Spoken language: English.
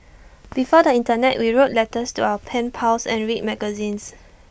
before the Internet we wrote letters to our pen pals and read magazines